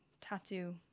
tattoo